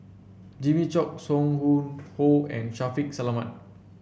Jimmy Chok Song Hoon Poh and Shaffiq Selamat